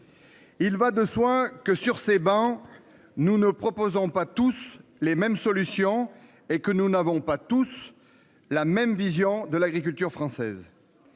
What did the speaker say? Il va de soins que sur ces bancs. Nous ne proposons pas tous les mêmes solutions et que nous n'avons pas tous la même vision de l'agriculture française.